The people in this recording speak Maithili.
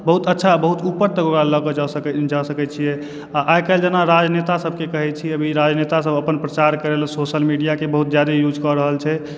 बहुत अच्छा बहुत ऊपर तक ओकरालऽ लऽ कऽ जा सकैत छियै आ आइ काल्हि जेना राजनेता सभके कहैत छी अभी राजनेतासभ अपन प्रचार करयलऽ सोशल मीडियाके बहुत ज्यादा यूजकऽ रहल छै